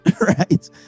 right